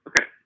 Okay